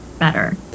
Better